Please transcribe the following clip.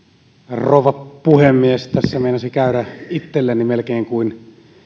rouva puhemies tässä meinasi käydä itselleni melkein kuin